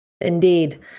Indeed